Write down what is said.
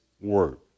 work